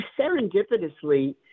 serendipitously